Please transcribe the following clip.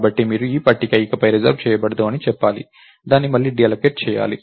కాబట్టి మీరు ఈ పట్టిక ఇకపై రిజర్వ్ చేయబడదు అని చెప్పాలి దాన్ని మళ్లీ డీఅల్లోకేట్ చేయాలి